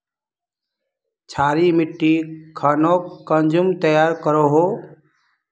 क्षारी मिट्टी खानोक कुंसम तैयार करोहो?